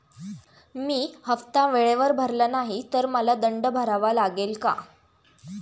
मी हफ्ता वेळेवर भरला नाही तर मला दंड भरावा लागेल का?